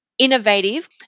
innovative